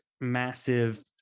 massive